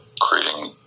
creating